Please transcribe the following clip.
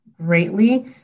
greatly